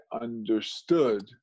understood